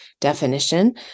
definition